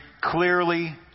clearly